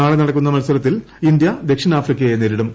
നാളെ നടക്കുന്ന മത്സരത്തിൽ ഇന്ത്യ ദക്ഷിണാഫ്രിക്കയെ നേരിടും